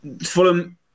Fulham